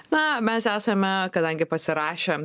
na mes esame kadangi pasirašėm